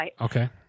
Okay